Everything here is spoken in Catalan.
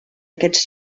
aquests